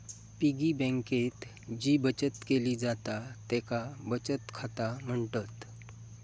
piggy बँकेत जी बचत केली जाता तेका बचत खाता म्हणतत